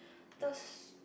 the s~